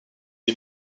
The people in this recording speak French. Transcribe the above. est